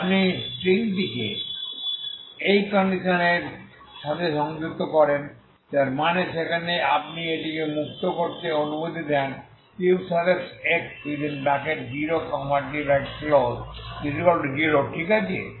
যদি আপনি স্ট্রিংটিকে এই কন্ডিশন এর সাথে সংযুক্ত করেন যার মানে সেখানে আপনি এটিকে মুক্ত করতে অনুমতি দেন ux0t0 ঠিক আছে